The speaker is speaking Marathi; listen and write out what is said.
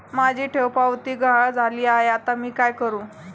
माझी ठेवपावती गहाळ झाली आहे, आता मी काय करु?